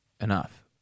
enough